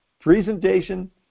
presentation